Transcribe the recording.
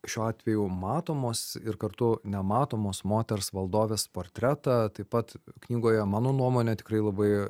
šiuo atveju matomos ir kartu nematomos moters valdovės portretą taip pat knygoje mano nuomone tikrai labai